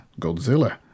Godzilla